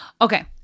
Okay